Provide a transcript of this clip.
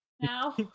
now